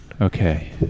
Okay